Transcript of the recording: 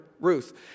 Ruth